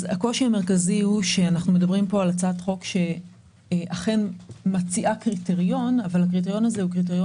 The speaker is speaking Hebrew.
הקושי המרכזי הוא שזו הצעת חוק שמציעה קריטריון שמתאים,